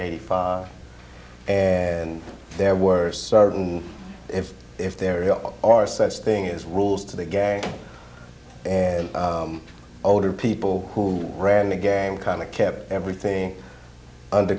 eighty five and there were certain if if there are such thing as rules to the gang and older people who ran the game kind of kept everything under